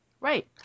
Right